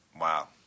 Wow